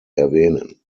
erwähnen